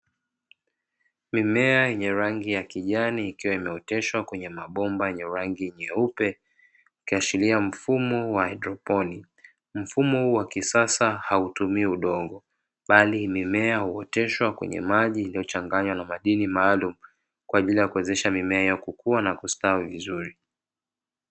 Mimea yenye rangi ya kijani ikiwa imeoteshwa kwenye mabomba yenye rangi nyeupe, ikiashiria mfumo wa haidroponi. Mfumo huu wa kisasa hautumiii udongo bali mimea huoteshwa kwenye maji, yaliyochanganywa na madini maalumu kwa ajili ya kuwezesha mimea hiyo kukua.